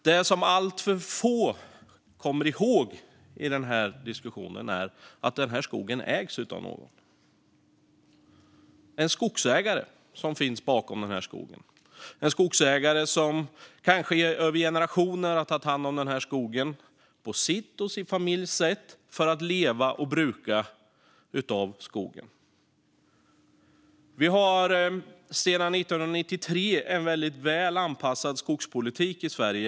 Det alltför få kommer ihåg i den diskussionen, fru talman, är att skogen ägs av någon. Det finns en skogsägare bakom skogen. Kanske har ägaren tagit hand om skogen över generationer, på sitt och sin familjs sätt, för att leva av och bruka skogen. Vi har sedan 1993 en väldigt väl anpassad skogspolitik i Sverige.